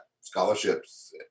scholarships